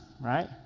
right